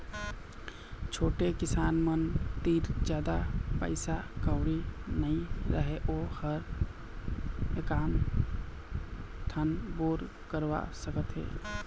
छोटे किसान मन तीर जादा पइसा कउड़ी नइ रहय वो ह एकात ठन बोर करवा सकत हे